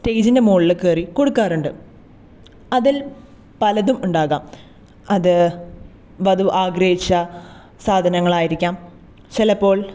സ്റ്റേജിൻറ്റെ മുകളിൽ കയറി കൊടുക്കാറുണ്ട് അതിൽ പലതും ഉണ്ടാകാം അത് വധു ആഗ്രഹിച്ച സാധനങ്ങളായിരിക്കാം ചിലപ്പോൾ